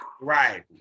right